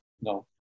No